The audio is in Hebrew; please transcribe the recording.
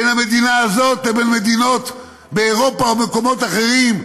בין המדינה הזאת לבין מדינות באירופה או במקומות אחרים,